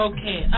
Okay